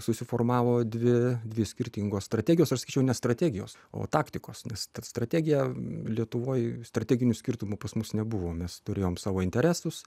susiformavo dvi dvi skirtingos strategijos aš sakyčiau ne strategijos o taktikos nes tad strategiją lietuvoj strateginių skirtumų pas mus nebuvo mes turėjom savo interesus